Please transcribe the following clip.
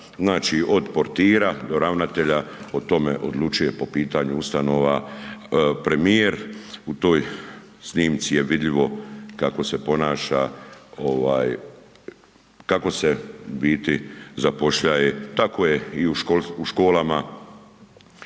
znači od portira do ravnatelja o tome odlučuje po pitanju ustanova premijer, u toj snimci je vidljivo kako se ponaša, kako se u biti zapošljaje, tako je i u školama